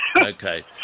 okay